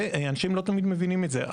ואנשים לא תמיד מבינים את זה.